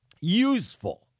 useful